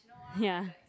ya